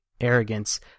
arrogance